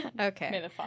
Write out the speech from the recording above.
okay